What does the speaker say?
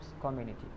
community